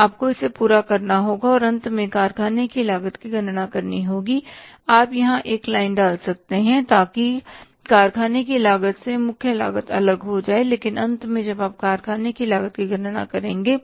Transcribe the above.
आपको इसे पूरा करना होगा और अंत में कारखाने की लागत की गणना करनी होगी आप यहां एक लाइन डाल सकते हैं ताकि कारखाने की लागत से मुख्य लागत अलग हो जाए लेकिन अंत में जब आप कारखाने की लागत की गणना करेंगे